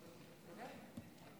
שנקראת